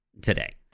today